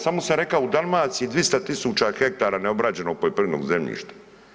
Samo sam rekao u Dalmaciji 200.000 hektara neobrađenog poljoprivrednog zemljišta.